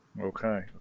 Okay